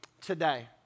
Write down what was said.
today